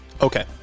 Okay